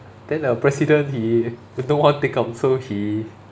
then the president he no one tikam so he